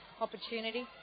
opportunity